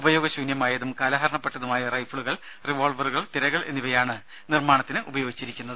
ഉപയോഗ്യശൂന്യമായതും കാലഹരണപ്പെട്ടതുമായ റൈഫിളുകൾ റിവോൾവറുകൾ തിരകൾ എന്നിവയാണ് നിർമ്മാണത്തിന് ഉപയോഗിച്ചിരിക്കുന്നത്